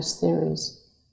theories